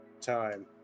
time